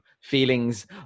feelings